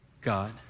God